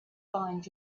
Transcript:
find